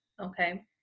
okay